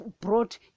brought